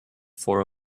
four